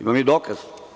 Imam i dokaz.